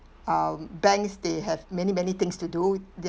um banks they have many many things to do their